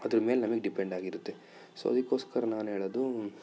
ಅದ್ರ ಮೇಲೆ ನಮಿಗೆ ಡಿಪೆಂಡ್ ಆಗಿರುತ್ತೆ ಸೊ ಅದಕ್ಕೋಸ್ಕರ ನಾನು ಹೇಳದು